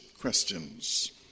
Questions